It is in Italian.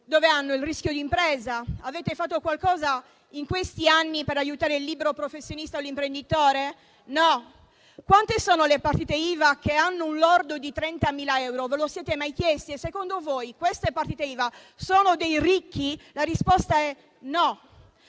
che hanno il rischio d'impresa. Avete fatto qualcosa in questi anni per aiutare il libero professionista o l'imprenditore? No. Quante sono le partite IVA che hanno un lordo di 30.000 euro, ve lo siete mai chiesto? Secondo voi, queste partite IVA rendono ricchi? La risposta è no.